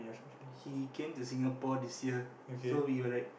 he came to Singapore this year so we were like